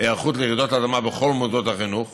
היערכות לרעידות אדמה בכל מוסדות החינוך